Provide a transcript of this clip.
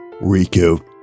Riku